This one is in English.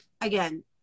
again